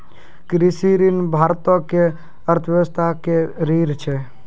कृषि ऋण भारतो के अर्थव्यवस्था के रीढ़ छै